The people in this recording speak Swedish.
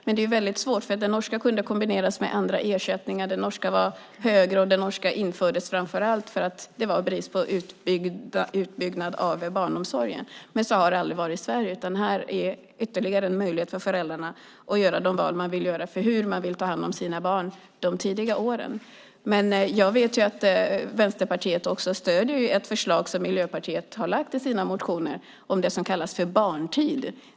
Men det är svårt - det norska kunde ju kombineras med andra ersättningar, det var högre, och det infördes framför allt för att det var brist på utbyggd barnomsorg. Men så har det aldrig varit i Sverige, utan här är det ytterligare en möjlighet för föräldrarna att göra de val de vill göra när det gäller hur de vill ta hand om sina barn de tidiga åren. Men jag vet att Vänsterpartiet stöder ett förslag som Miljöpartiet har lagt fram i sina motioner om det som kallas för barntid.